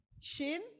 shin